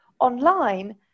online